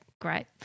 great